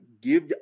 give